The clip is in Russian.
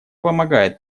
помогает